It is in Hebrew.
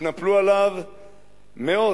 התנפלו עליו מאות,